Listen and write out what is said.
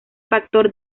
factor